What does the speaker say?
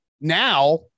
Now